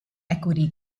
equity